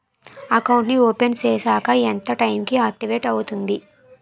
Account నీ open చేశాక ఎంత టైం కి ఆక్టివేట్ అవుతుంది?